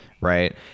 right